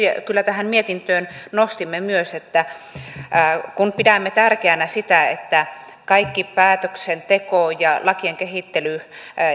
kyllä myös nostimme tähän mietintöön kun pidämme tärkeänä sitä että kaikki päätöksenteko ja lakien kehittely